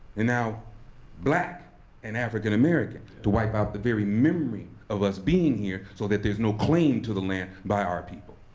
and now black and african american to wipe out the very memory of us being here so that there's no claim to the land by our people.